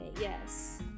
Yes